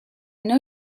know